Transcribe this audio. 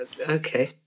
Okay